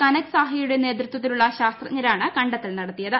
കനക് സാഹയുടെ നേതൃത്വത്തിലുള്ള ശാസ്ത്രജ്ഞരാണ് കണ്ടെത്തൽ നടത്തിയത്